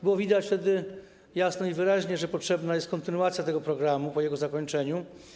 Było wtedy widać jasno i wyraźnie, że potrzebna jest kontynuacja tego programu po jego zakończeniu.